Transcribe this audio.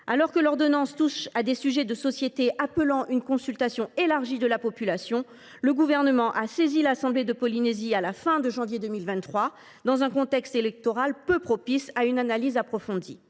Alors que l’ordonnance touche à des sujets de société appelant une consultation élargie de la population, le Gouvernement a saisi l’assemblée de la Polynésie française à la fin du mois de janvier 2023, dans un contexte électoral peu propice à une analyse approfondie.